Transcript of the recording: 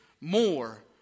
more